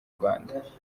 rwanda